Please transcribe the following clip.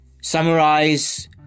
summarize